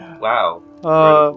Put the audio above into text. Wow